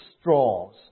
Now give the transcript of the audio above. straws